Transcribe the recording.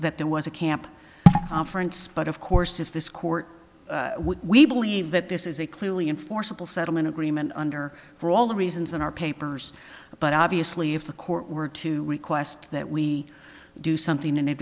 that there was a camp france but of course if this court we believe that this is a clearly enforceable settlement agreement under for all the reasons in our papers but obviously if the court were to request that we do something